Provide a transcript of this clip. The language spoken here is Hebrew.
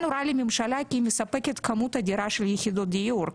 נורא לממשלה כי היא מספקת כמות אדירה של יחידות דיור,